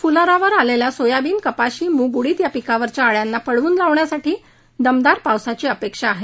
फूलोरावर आलेल्या सोयाबीन कपाशी मूग उडीद या पिकांवरच्या आळयांना पळवून लावण्यासाठी दमदार पावसाची अपेक्षा आहे